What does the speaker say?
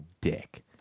dick